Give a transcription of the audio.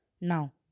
now